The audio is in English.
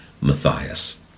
Matthias